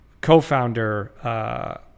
co-founder